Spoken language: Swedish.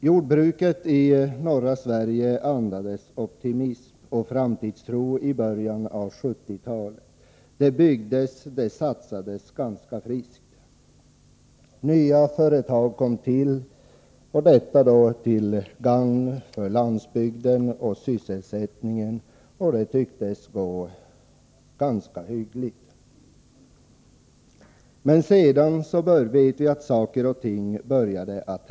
Jordbruket i norra Sverige andades optimism och framtidstro i början av 1970-talet; det byggdes, det satsades ganska friskt, nya företag kom till — detta till gagn för landsbygden och sysselsättningen, och det tycktes gå ganska hyggligt. Men vi vet att saker sedan började hända.